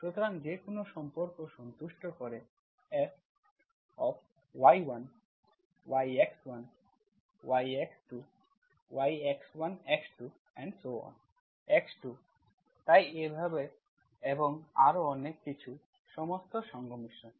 সুতরাং যে কোনও সম্পর্ক সন্তুষ্ট করে Fy1yx1yx2yx1x2 x2 তাই এইভাবে এবং আরও অনেক কিছু সমস্ত সংমিশ্রণ